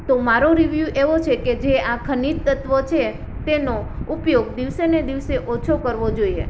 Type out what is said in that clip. તો મારો રિવ્યુ એવો છે કે જે આ ખનીજ તત્વ છે તેનો ઉપયોગ દિવસેને દિવસે ઓછો કરવો જોઈએ